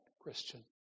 Christian